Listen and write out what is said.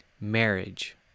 Marriage